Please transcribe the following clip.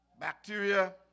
bacteria